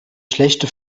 schlechte